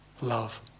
love